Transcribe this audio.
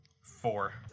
Four